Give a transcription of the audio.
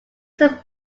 some